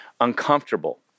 uncomfortable